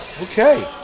Okay